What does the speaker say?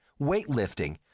weightlifting